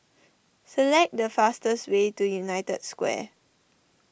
select the fastest way to United Square